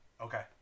okay